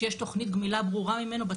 כשיש תכנית גמילה ברורה ממנו.